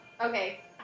Okay